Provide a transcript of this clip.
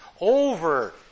over